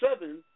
seven